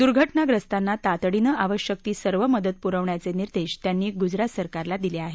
दुर्घटनाग्रस्तांना तातडीनं आवश्यकती सर्व मदत पुरवण्याचे निर्देश त्यांनी गुजरात सरकारला दिले आहेत